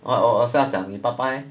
我我我是要讲你爸爸 leh